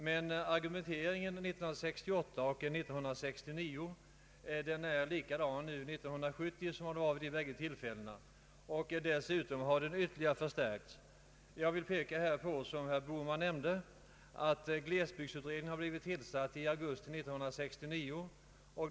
Men argumenteringen för avslag är likadan nu som den var vid de tidigare tillfällena, och dessutom har den ytterligare förstärkts. Jag vill peka på att glesbygdsutredningen, som herr Bohman nämnde, har tillsatts i augusti 1969.